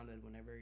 whenever